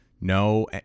no